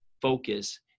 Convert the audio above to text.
focus